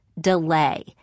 delay